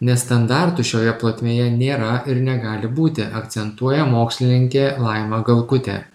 nes standartų šioje plotmėje nėra ir negali būti akcentuoja mokslininkė laima galkutė